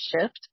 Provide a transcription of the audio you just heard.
shift